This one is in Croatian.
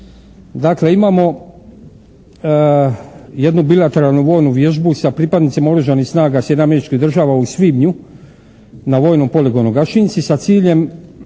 Dakle imamo jednu bilateralnu vojnu vježbu sa pripadnicima Oružanih snaga Sjedinjenih Američkih Država u svibnju na vojnom poligonu Gašinci sa ciljem